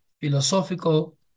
philosophical